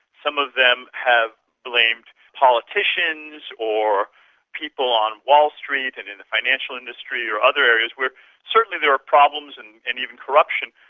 some of them have blamed politicians or people on wall street and in the financial industry or other areas where certainly there are problems and and even corruption,